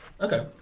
Okay